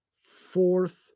fourth